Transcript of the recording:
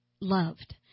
loved